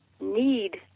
need